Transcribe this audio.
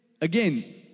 again